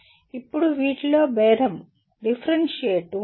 ఇప్పుడు వీటిలో భేదండిఫరెన్షియేట్ ఉంటుంది